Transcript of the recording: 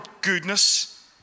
goodness